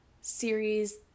series